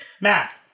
Math